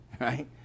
right